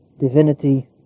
divinity